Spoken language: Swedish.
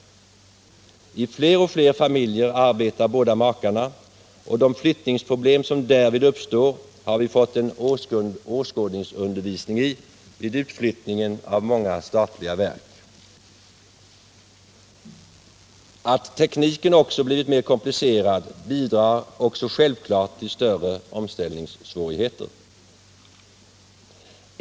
I fler och fler familjer arbetar båda makarna, och de flyttningsproblem som därvid uppstår har vi fått en åskådningsundervisning i vid utflyttningen av många statliga verk. Att tekniken blivit mer komplicerad bidrar självklart också till större omställningssvårigheter.